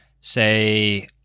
say